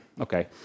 Okay